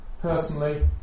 personally